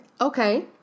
Okay